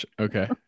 Okay